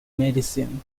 medicine